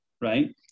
right